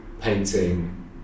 painting